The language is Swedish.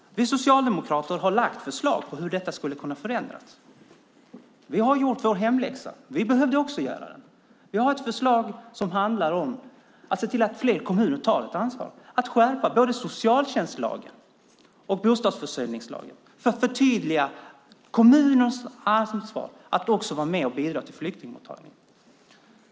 Vi socialdemokrater har lagt fram ett förslag på hur detta skulle kunna förändras. Vi har gjort vår hemläxa - vi behövde också göra den - och vi har ett förslag som handlar om att se till att fler kommuner tar ett ansvar och att skärpa både socialtjänstlagen och bostadsförsörjningslagen för att förtydliga kommuners ansvar för att vara med och bidra till flyktingmottagandet.